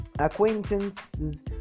Acquaintances